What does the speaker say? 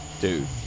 dude